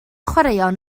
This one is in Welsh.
chwaraeon